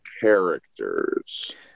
characters